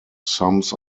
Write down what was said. sums